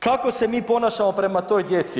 Kako se mi ponašamo prema toj djeci?